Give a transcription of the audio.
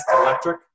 Electric